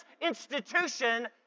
institution